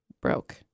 broke